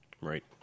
Right